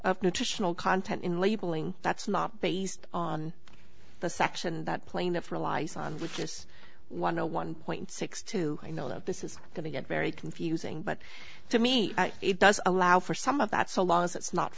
of nutritional content in labeling that's not based on the section that plane that for a license which is one no one point six two i know that this is going to get very confusing but to me it does allow for some of that so long as it's not